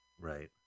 Right